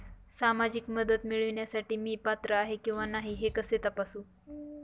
सामाजिक मदत मिळविण्यासाठी मी पात्र आहे किंवा नाही हे कसे तपासू?